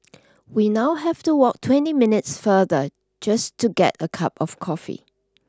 we now have to walk twenty minutes farther just to get a cup of coffee